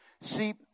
See